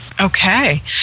Okay